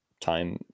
time